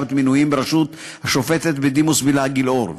מינויים בראשות השופטת בדימוס בלהה גילאור,